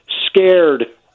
scared